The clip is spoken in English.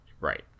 right